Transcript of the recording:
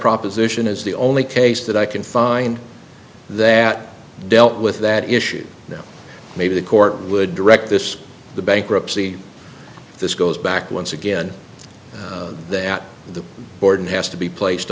proposition is the only case that i can find that dealt with that issue now maybe the court would direct this the bankruptcy if this goes back once again that the board has to be placed